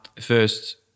First